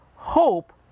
hope